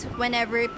whenever